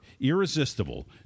irresistible